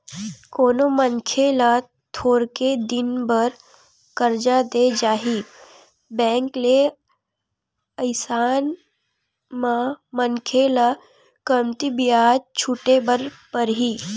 कोनो मनखे ल थोरके दिन बर करजा देय जाही बेंक ले अइसन म मनखे ल कमती बियाज छूटे बर परही